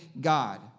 God